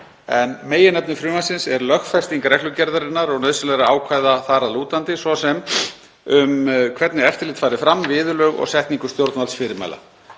en meginefni frumvarpsins er lögfesting reglugerðarinnar og nauðsynlegra ákvæða þar að lútandi, svo sem um hvernig eftirlit fari fram, viðurlög og setningu stjórnvaldsfyrirmæla.